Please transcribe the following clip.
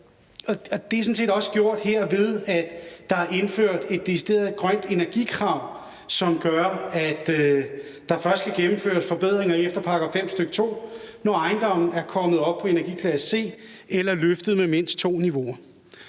set også gjort her, ved at der er indført et decideret grønt energikrav, som gør, at der først skal gennemføres forbedringer efter § 5, stk. 2, når ejendommen er kommet op på energiklasse C eller er blevet løftet med mindst to niveauer.